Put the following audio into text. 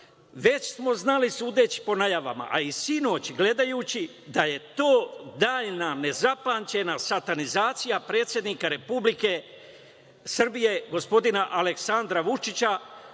Već smo znali, sudeći po najavama, a i sinoć gledajući da je to daljna nezapamćena satanizacija predsednika Republike Srbije gospodina Aleksandra Vučića,